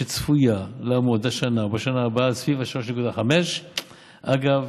שצפויה לעמוד השנה ובשנה הבאה על סביב 3.5% אגב,